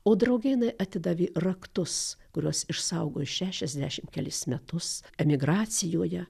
o drauge jinai atidavė raktus kuriuos išsaugojo šešiasdešim kelis metus emigracijoje